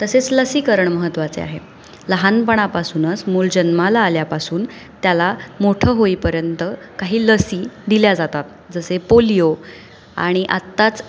तसेच लसीकरण महत्त्वाचे आहे लहानपणापासूनच मूल जन्माला आल्यापासून त्याला मोठं होईपर्यंत काही लसी दिल्या जातात जसे पोलिओ आणि आत्ताच